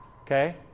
okay